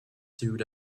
sewed